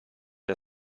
der